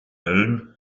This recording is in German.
halen